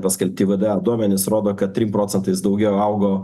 paskelbti vda duomenys rodo kad trim procentais daugiau augo